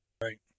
Right